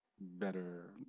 better